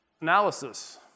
Analysis